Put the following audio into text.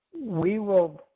we will,